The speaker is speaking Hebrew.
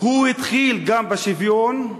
הוא התחיל גם בשוויון.